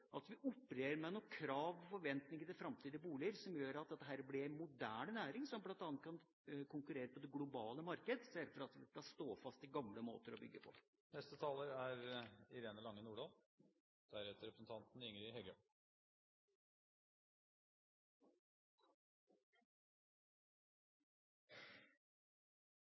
at vi opererer med krav og forventninger til framtidige boliger som gjør at dette blir en moderne næring som bl.a. kan konkurrere på det globale markedet, i stedet for at vi skal stå fast i gamle måter å bygge på.